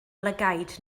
lygaid